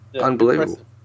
Unbelievable